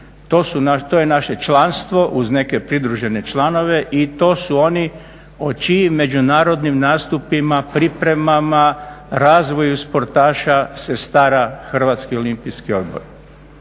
to je naše članstvo uz neke pridružene članove i to su oni o čijim međunarodnim nastupima, pripremama, razvoju sportaša se stara Hrvatskih olimpijski odbor.